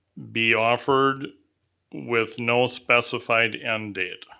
be offered with no specified end date.